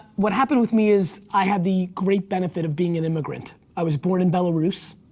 what happened with me is, i had the great benefit of being an immigrant. i was born in belarus,